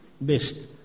best